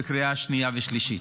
בקריאה שנייה ושלישית.